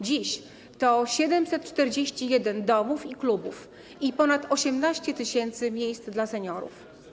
Dziś to 741 domów i klubów i ponad 18 tys. miejsc dla seniorów.